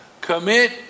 Commit